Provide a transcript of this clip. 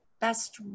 best